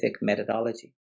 methodology